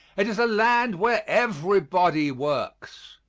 it is a land where everybody works.